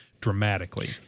dramatically